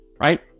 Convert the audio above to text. right